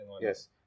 Yes